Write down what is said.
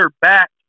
back